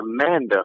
Amanda